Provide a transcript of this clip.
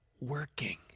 working